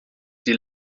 die